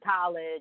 college